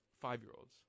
five-year-olds